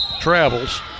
Travels